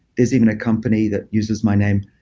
it's even a company that uses my name,